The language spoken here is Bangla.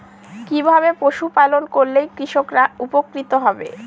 কিভাবে পশু পালন করলেই কৃষকরা উপকৃত হবে?